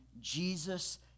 Jesus